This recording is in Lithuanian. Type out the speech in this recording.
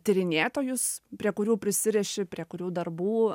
tyrinėtojus prie kurių prisiriši prie kurių darbų